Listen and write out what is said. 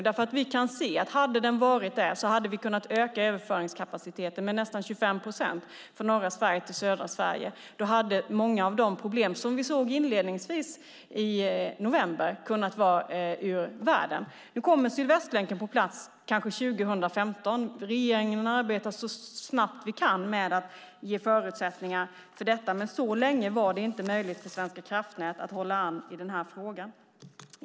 Vi kan nämligen se att om den hade varit det hade vi kunnat öka överföringskapaciteten med nästan 25 procent från norra Sverige till södra Sverige. Då hade många av de problem som vi såg inledningsvis i november kunnat vara ur världen. Nu kommer kanske Sydvästlänken på plats 2015. Vi i regeringen arbetar så snabbt vi kan med att ge förutsättningar för detta. Men så länge var det inte möjligt för Svenska kraftnät att hålla an i denna fråga.